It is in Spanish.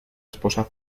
esposa